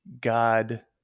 God